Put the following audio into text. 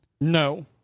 No